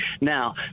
Now